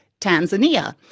Tanzania